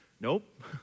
Nope